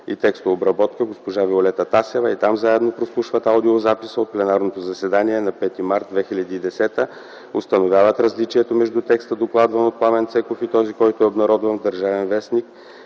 и текстообработка” госпожа Виолета Тасева и там заедно прослушват аудиозаписа от пленарното заседание на 5 март 2010 г. Установяват различието между текста, докладван от Пламен Цеков, и този, който е обнародван в „Държавен вестник”.